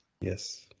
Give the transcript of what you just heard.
Yes